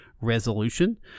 Resolution